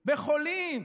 בחולים,